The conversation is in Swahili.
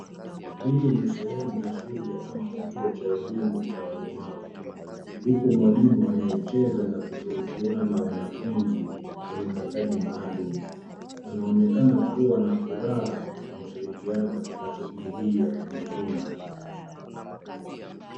Hii ni sehemu ya shule ama kituo cha elimu cha walemavu huku mwalimu anayecheza na kushirikiana na wanafunzi wenye mahitaji maalum. Wanaonekana kuwa na furaha na ushirikiano katika shughuli hii ya kujifunza.